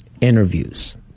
interviews